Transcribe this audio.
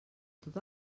tot